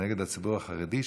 נגד הציבור החרדי,